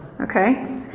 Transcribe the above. Okay